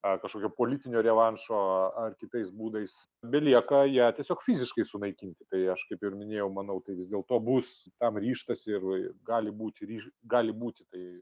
ar kažkokio politinio revanšo ar kitais būdais belieka ją tiesiog fiziškai sunaikinti tai aš kaip ir minėjau manau tai vis dėlto bus tam ryžtasi ir gali būti gali būti tai